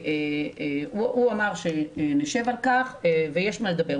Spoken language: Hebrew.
הוא אמר שנשב על כך ויש מה לדבר.